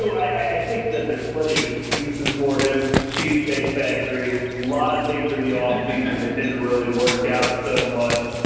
so i think that there's plenty of excuses for him. she's take factory lot of things in the off season that didn't really work out so much.